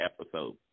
episode